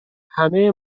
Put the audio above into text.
همه